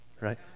Right